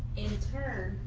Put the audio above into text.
in turn,